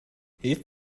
hilf